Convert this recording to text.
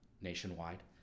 nationwide